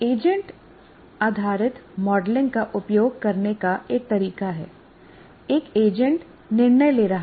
agent आधारित modelling का उपयोग करने का एक तरीका है एक एजेंट निर्णय ले रहा है